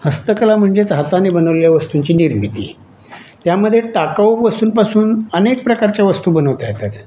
हस्तकला म्हणजेच हाताने बनवलेल्या वस्तूंची निर्मिती त्यामध्ये टाकाऊ वस्तूंपासून अनेक प्रकारच्या वस्तू बनवता येतात